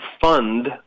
fund